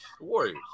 Warriors